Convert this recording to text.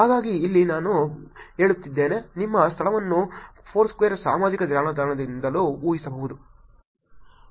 ಹಾಗಾಗಿ ಇಲ್ಲಿ ನಾನು ಹೇಳುತ್ತಿದ್ದೇನೆ ನಿಮ್ಮ ಸ್ಥಳವನ್ನು ಫೋರ್ಸ್ಕ್ವೇರ್ ಸಾಮಾಜಿಕ ಜಾಲತಾಣಗಳಿಂದಲೂ ಊಹಿಸಬಹುದು